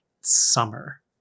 summer